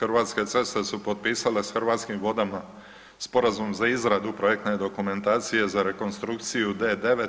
Hrvatske ceste su potpisale s Hrvatskim vodama Sporazum za izradu projektne dokumentacije za rekonstrukciju D-9